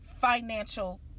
financial